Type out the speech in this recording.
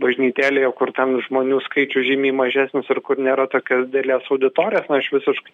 bažnytėlėje kur ten žmonių skaičius žymiai mažesnis ir kur nėra tokios didelės auditorijos na aš visišk